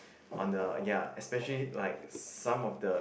on the ya especially like some of the